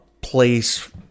place